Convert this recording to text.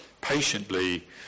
patiently